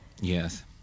Yes